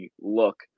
look